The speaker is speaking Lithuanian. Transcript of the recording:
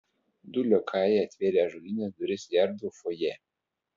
du liokajai atvėrė ąžuolines duris į erdvų fojė